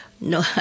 No